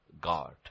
God